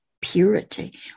purity